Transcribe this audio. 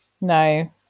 No